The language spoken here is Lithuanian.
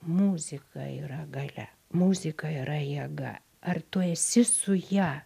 muzika yra galia muzika yra jėga ar tu esi su ja